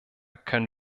können